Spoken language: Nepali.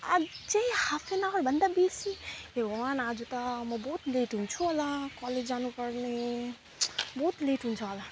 अझै हाफ एन आवर भन्दा बेसी हे भगवान् आज त म बहुत लेट हुन्छु होला कलेज जानुको लागि बहुत लेट हुन्छ होला